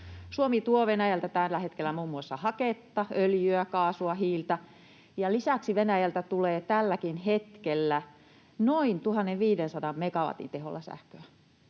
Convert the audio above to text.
Suomi tuo Venäjältä tällä hetkellä muun muassa haketta, öljyä, kaasua ja hiiltä, ja lisäksi Venäjältä tulee tälläkin hetkellä noin 1 500 megawatin teholla sähköä.